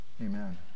Amen